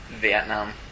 Vietnam